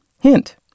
Hint